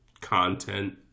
content